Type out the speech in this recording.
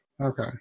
Okay